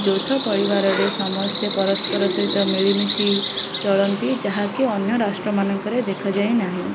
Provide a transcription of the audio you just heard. ଯୌଥ ପରିବାରରେ ସମସ୍ତେ ପରସ୍ପର ସହିତ ମିଳିମିଶି ଚଳନ୍ତି ଯାହାକି ଅନ୍ୟ ରାଷ୍ଟ୍ରମାନଙ୍କରେ ଦେଖାଯାଏ ନାହିଁ